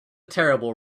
terrible